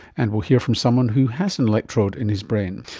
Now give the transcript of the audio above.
and we'll hear from someone who has an electrode in his brain.